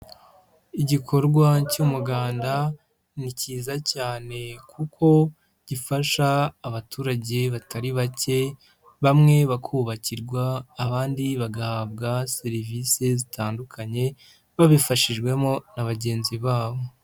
Igikorwa cy'umuganda ni kiza cyane kuko gifasha abaturage batari bake bamwe bakubakirwa abandi bagahabwa serivise zitandukanye babifashijwemo na bagenzi babo.